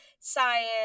science